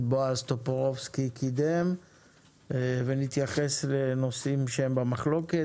בועז טופורובסקי קידם - ונתייחס לנושאים במחלוקת.